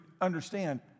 understand